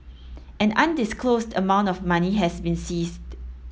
an undisclosed amount of money has been seized